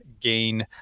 gain